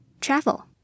Travel